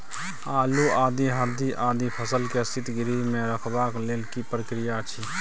आलू, आदि, हरदी आदि फसल के शीतगृह मे रखबाक लेल की प्रक्रिया अछि?